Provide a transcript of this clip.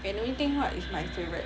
eh you think what is my favourite